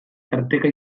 tarteka